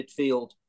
midfield